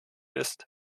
ist